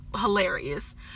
hilarious